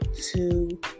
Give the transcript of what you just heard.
two